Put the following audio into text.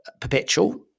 Perpetual